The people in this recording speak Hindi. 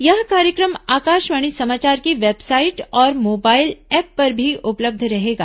यह कार्यक्रम आकाशवाणी समाचार की वेबसाइट और मोबाइल ऐप पर भी उपलब्ध रहेगा